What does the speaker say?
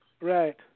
right